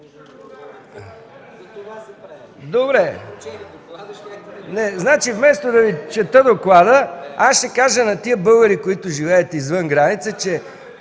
Вместо да чета доклада, ще кажа на българите, които живеят извън граница, че